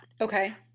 Okay